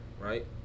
right